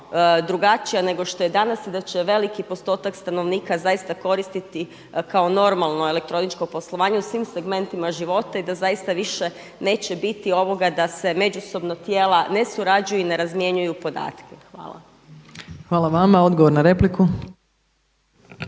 drugačija nego što je danas i da će veliki postotak stanovnika zaista koristiti kao normalno elektroničko poslovanje u svim segmentima života i da zaista više neće biti ovoga da se međusobno tijela ne surađuju i ne razmjenjuju podatke. Hvala. **Opačić, Milanka (SDP)** Hvala vama. Odgovor na repliku.